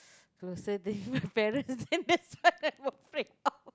closer than your parents then that's what I'm afraid of